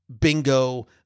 bingo